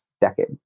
decade